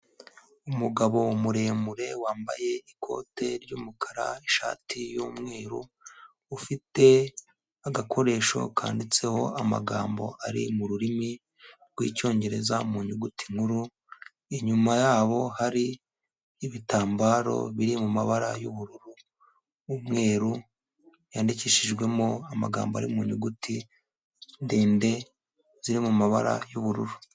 Umugabo muremure wambaye ikote ry'umukara, ishati y'umweru ufite agakoresho kanditseho amagambo ari mu rurimi rw'icyongereza mu nyuguti nkuru, inyuma yabo hari ibitambaro biri mu mabara y'ubururu n'umweru yandikishijwemo amagambo ari mu nyuguti ndende ziri mu mabara y'ubururu.